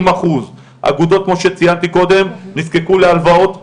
אגודות כמו שציינתי קודם נזקקו להלוואות אישיות,